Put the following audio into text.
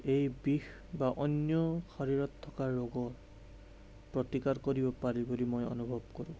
এই বিষ বা অন্য শৰীৰত থকা ৰোগৰ প্ৰতিকাৰ কৰিব পাৰি বুলি মই অনুভৱ কৰোঁ